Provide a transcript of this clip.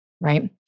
right